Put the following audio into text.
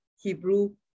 hebrew